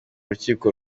rukiko